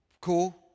Cool